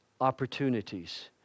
opportunities